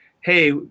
hey